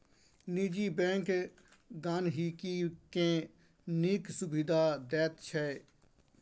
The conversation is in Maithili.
निजी बैंक गांहिकी केँ नीक सुबिधा दैत छै